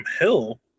Hill